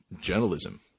journalism